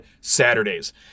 Saturdays